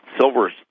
Silver's